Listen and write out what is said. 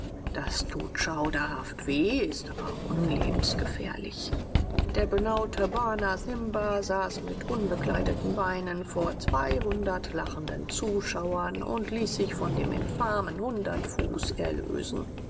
das tut schauderhaft weh ist aber unlebensgefährlich der benaute bana simba saß mit unbekleideten beinen vor zweihundert lachenden zuschauern und ließ sich von dem infamen hundertfuß erlösen